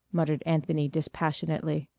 muttered anthony dispassionately.